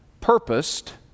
purposed